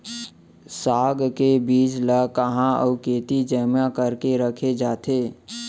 साग के बीज ला कहाँ अऊ केती जेमा करके रखे जाथे?